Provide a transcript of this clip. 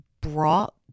brought